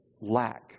lack